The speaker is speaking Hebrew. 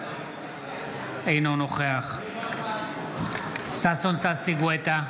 אינו נוכח ששון ששי גואטה,